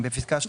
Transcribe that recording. בפסקה (2)